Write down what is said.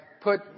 put